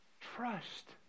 trust